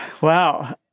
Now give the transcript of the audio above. wow